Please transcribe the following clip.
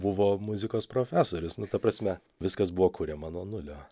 buvo muzikos profesorius nu ta prasme viskas buvo kuriama nuo nulio